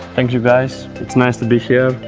thank you guys it's nice to be here!